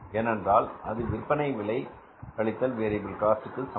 ஏனென்றால் அது விற்பனை விலை கழித்தல் வேரியபில் காஸ்ட் சமம்